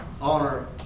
honor